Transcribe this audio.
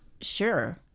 sure